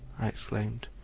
i exclaimed.